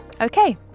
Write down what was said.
Okay